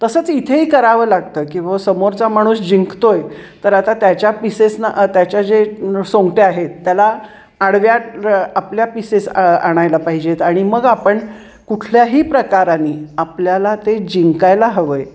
तसंच इथेही करावं लागतं की ब समोरचा माणूस जिंकतो आहे तर आता त्याच्या पिसेसना त्याच्या जे सोंगट्या आहेत त्याला आडव्यात आपल्या पिसेस आणायला पाहिजेत आणि मग आपण कुठल्याही प्रकाराने आपल्याला ते जिंकायला हवं आहे